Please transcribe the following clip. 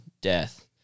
death